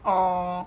oh